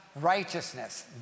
righteousness